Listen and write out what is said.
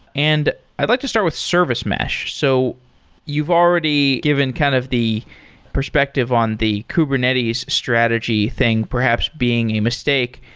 and i'd like to start with service mesh. so you've already given kind of the perspective on the kubernetes strategy thing, perhaps being a mistake.